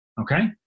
Okay